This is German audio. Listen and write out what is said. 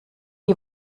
die